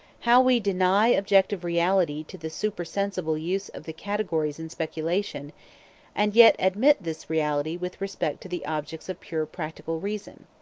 how we deny objective reality to the supersensible use of the categories in speculation and yet admit this reality with respect to the objects of pure practical reason.